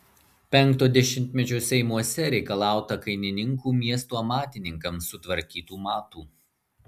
penkto dešimtmečio seimuose reikalauta kainininkų miesto amatininkams sutvarkytų matų